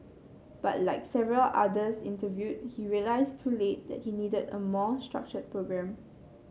but like several others interviewed he realised too late that he needed a more structured programme